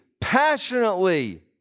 passionately